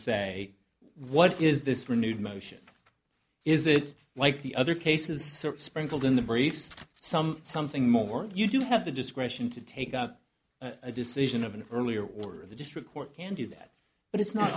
say what is this renewed motion is it like the other cases sprinkled in the briefs some something more you do have the discretion to take up a decision of an earlier order of the district court can do that but it's not